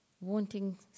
wanting